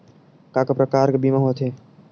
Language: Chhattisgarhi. का का प्रकार के बीमा होथे?